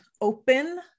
open